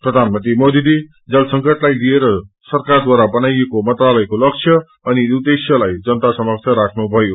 प्रधानमंत्री मोदीले जल संकटलाई लिए सरकारद्वारा बनाईएको मंत्रालयको लक्ष्य अनि उद्देश्यलाई जनता समक्ष राख्नुभयो